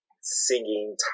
singing